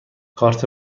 کارت